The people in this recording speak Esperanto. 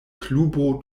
klubo